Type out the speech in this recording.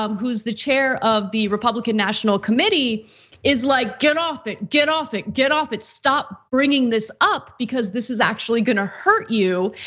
um who's the chair of the republican national committee committee is like get off it, get off it, get off it stop bringing this up because this is actually gonna hurt you.